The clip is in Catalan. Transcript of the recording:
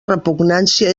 repugnància